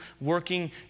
working